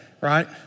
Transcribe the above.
right